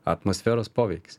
atmosferos poveikis